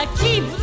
keep